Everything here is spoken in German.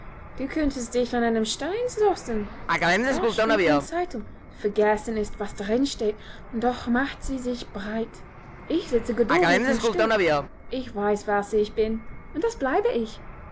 du könntest dich an einen stein stoßen da schwimmt eine zeitung vergessen ist was darin steht und doch macht sie sich breit ich sitze geduldig und still ich weiß was ich bin und das bleibe ich